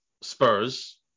Spurs